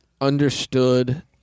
understood